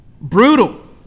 brutal